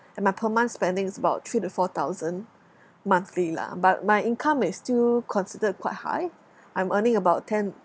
and my per month spending is about three to four thousand monthly lah but my income is still considered quite high I'm earning about ten